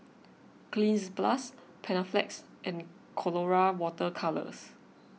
Cleanz Plus Panaflex and Colora Water Colours